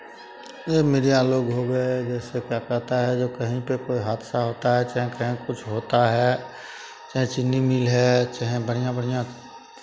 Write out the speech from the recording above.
ये मीडिया लोग हो गए जैसे क्या कहता है जो कहीं पे कोई हादासा होता है या कहीं कुछ होता है चाहे चीनी मिल है चाहे बढ़ियाँ बढ़ियाँ